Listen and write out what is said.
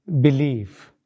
believe